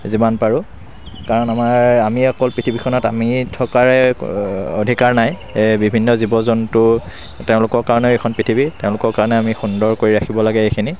যিমান পাৰোঁ কাৰণ আমি অকল পৃথিৱীখনত আমিয়েই থকাৰে অধিকাৰ নাই বিভিন্ন জীৱ জন্তু তেওঁলোকৰ কাৰণেও এইখিনি পৃথিৱী তেওঁলোকৰ কাৰণেও আমি সুন্দৰকৈ ৰাখিব লাগে এইখিনি